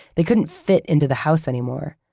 they couldn't fit into the house anymore.